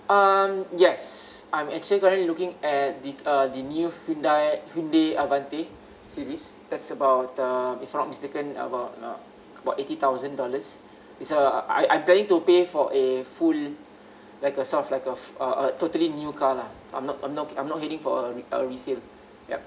um yes I'm actually currently looking at the uh the new hyundai hyundai avante series that's about uh if I'm not mistaken about uh about eighty thousand dollars it's uh I I'm planning to pay for a full like a sort of like a a totally new car lah I'm not I'm not I'm not heading for uh a resale yup